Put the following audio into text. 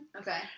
Okay